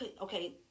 okay